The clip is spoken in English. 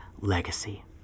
legacy